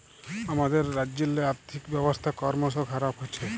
আমাদের রাজ্যেল্লে আথ্থিক ব্যবস্থা করমশ খারাপ হছে